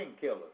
killer